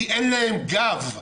כי אין להם גב.